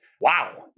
Wow